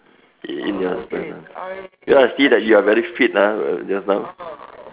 ya I see that you are very fit ah just now